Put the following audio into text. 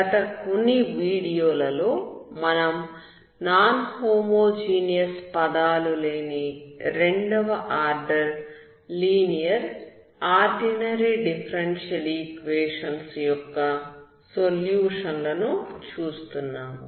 గత కొన్ని వీడియోలలో మనం నాన్ హోమోజీనియస్ పదాలు లేని రెండవ order linear ordinary differential equations యొక్క సొల్యూషన్ లను చూస్తున్నాము